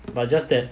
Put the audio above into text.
but just that